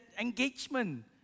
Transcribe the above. engagement